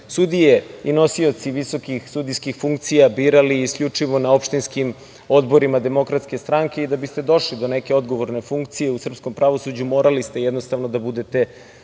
sudije i nosioci visokih sudijskih funkcija birali i isključivo na opštinskim odborima DS i da biste došli do neke odgovorne funkcije u srpskom pravosuđu morali ste jednostavno da budete